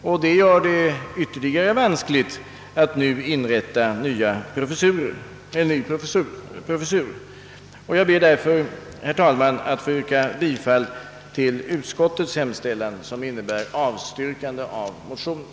Detta gör att det blir ytterligare vanskligt att nu inrätta nya professurer i berörda ämnen. Jag ber därför, herr talman, att få yrka bifall till utskottets hemställan, som innebär ett avstyrkande av motionen.